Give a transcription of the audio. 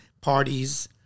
parties